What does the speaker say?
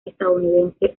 estadounidense